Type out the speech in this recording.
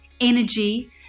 energy